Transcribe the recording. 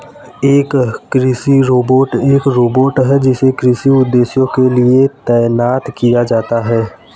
एक कृषि रोबोट एक रोबोट है जिसे कृषि उद्देश्यों के लिए तैनात किया जाता है